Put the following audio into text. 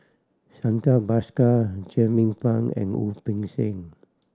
Santha Bhaskar Jernnine Pang and Wu Peng Seng